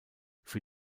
für